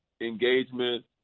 engagement